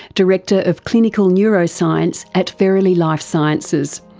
director of clinical neuroscience at verily life sciences,